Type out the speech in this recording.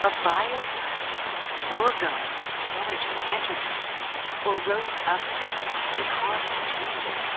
a bioplasmic orgone-like energy entered me or rose up in me and caused changes.